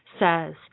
says